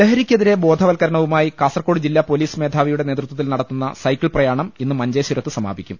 ലഹരിക്കെതിരെ ബോധവൽക്കരണവുമായി കാസർകോട് ജില്ലാപൊലീസ് മേധാവിയുടെ നേതൃ ത്വത്തിൽ നടത്തുന്ന സൈക്കിൾപ്രയാണം ഇന്ന് മഞ്ചേശ്വരത്ത് സമാപിക്കും